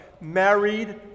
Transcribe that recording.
married